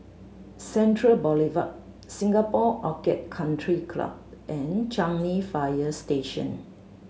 Central Boulevard Singapore Orchid Country Club and Changi Fire Station